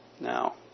Now